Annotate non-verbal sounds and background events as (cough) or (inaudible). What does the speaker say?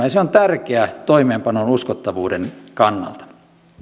(unintelligible) ja se on tärkeää toimeenpanon uskottavuuden kannalta